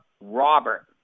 Robert